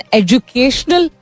educational